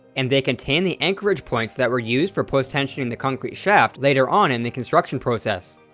and they contain the anchorage points that were used for post-tensioning the concrete shaft later on in the construction process.